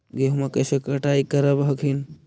गेहुमा कैसे कटाई करब हखिन?